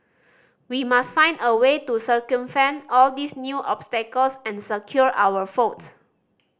we must find a way to all these new obstacles and secure our